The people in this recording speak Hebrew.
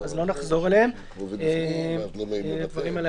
זו דילמה.